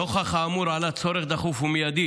נוכח האמור עלה צורך דחוף ומיידי